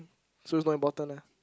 so it's not important lah